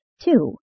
Two